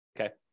okay